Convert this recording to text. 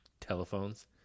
telephones